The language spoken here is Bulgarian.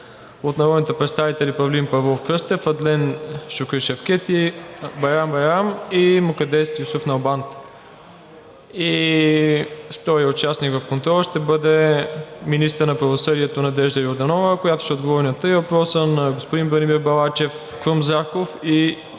от народните представители Павлин Павлов Кръстев, Адлен Шукри Шевкед и Байрам Байрам и Мукаддес Юсуф Налбант. Вторият участник в Контрола ще бъде министърът на правосъдието Надежда Йорданова, която ще отговори на три въпроса от господин Бранимир Балачев, Крум Зарков и